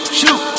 shoot